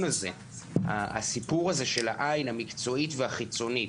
הזה: הסיפור הזה של העין המקצועית והחיצונית.